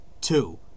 Two